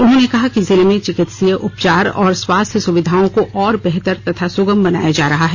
उन्होंने कहा कि जिले में चिकित्सीय उपचार और स्वास्थ्य सुविधाओं को और बेहतर तथा सुगम बनाया जा रहा है